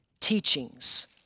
teachings